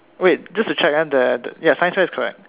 wait just to check ah the the ya science fair is correct